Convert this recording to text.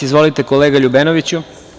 Izvolite, kolega Ljubenoviću.